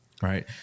right